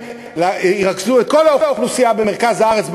ירכזו את כל האוכלוסייה במרכז הארץ,